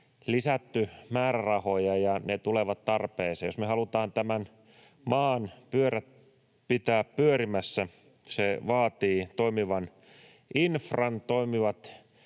lisätty määrärahoja, ja ne tulevat tarpeeseen. Jos me halutaan tämän maan pyörät pitää pyörimässä, se vaatii toimivan infran, toimivat,